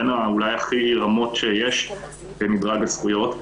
אולי בין הכי רמות שיש במדרג הזכויות,